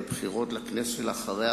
בבחירות לכנסת שלאחריה,